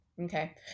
okay